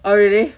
oh really